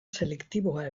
selektiboa